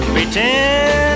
Pretend